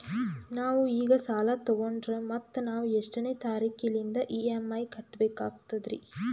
ನಾವು ಈಗ ಸಾಲ ತೊಗೊಂಡ್ರ ಮತ್ತ ನಾವು ಎಷ್ಟನೆ ತಾರೀಖಿಲಿಂದ ಇ.ಎಂ.ಐ ಕಟ್ಬಕಾಗ್ತದ್ರೀ?